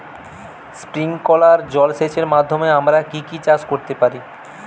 Sprinkler জলসেচের মাধ্যমে আমরা কি কি চাষ করতে পারি?